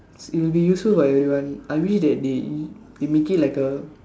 it will be useful for everyone I wish that they they make it like a